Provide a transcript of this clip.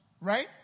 right